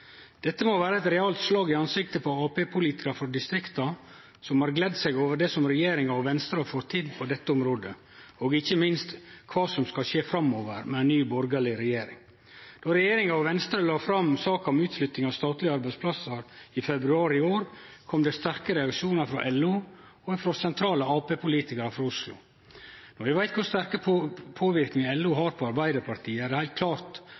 må vere eit realt slag i ansiktet på Arbeidarparti-politikarar i distrikta som har gledd seg over det som regjeringa og Venstre har fått til på dette området, og ikkje minst kva som skal skje framover med ei ny borgarleg regjering. Då regjeringa og Venstre la fram saka om utflytting av statlege arbeidsplassar i februar i år, kom det sterke reaksjonar frå LO og frå sentrale Arbeidarparti-politikarar frå Oslo. Når ein veit kor sterk påverknad LO har på Arbeidarpartiet, er det heilt klart